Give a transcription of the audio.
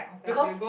because